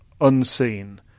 unseen